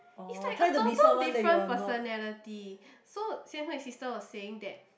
it's like a total different personality so Xian-Hui's sister was saying that